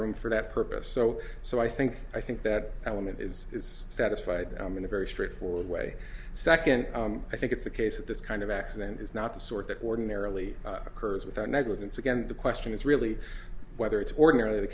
room for that purpose so so i think i think that element is satisfied in a very straightforward way second i think it's the case that this kind of accident is not the sort that ordinarily occurs without negligence again the question is really whether it's ordinarily the